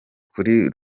kuri